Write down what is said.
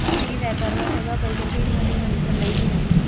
मी व्यापारमा सगळा पैसा सिडमनी म्हनीसन लई दीना